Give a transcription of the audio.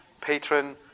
patron